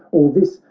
all this,